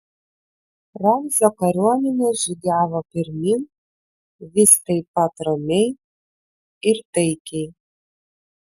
ramzio kariuomenė žygiavo pirmyn vis taip pat ramiai ir taikiai